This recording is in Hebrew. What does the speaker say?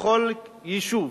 בכל יישוב,